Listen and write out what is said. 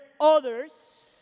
others